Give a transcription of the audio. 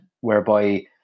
whereby